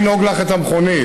לנהוג לך את המכונית.